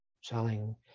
selling